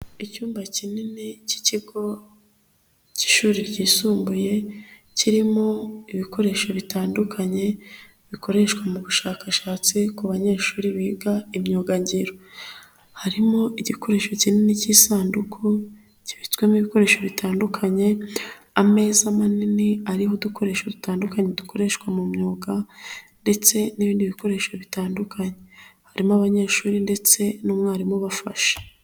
Icyumba kinini cy'ikigo cy'ishuri ryisumbuye kirimo ibikoresho bitandukanye bikoreshwa mu bushakashatsi ku banyeshuri biga imyugangiro, harimo igikoresho kinini cy'isanduku kibitswemo ibikoresho bitandukanye ameza manini arimo udukoresho dutandukanye dukoreshwa mu myuga ndetse n'ibindi bikoresho bitandukanye harimo abanyeshuri ndetse n'umwarimu bafashe.